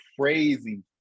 crazy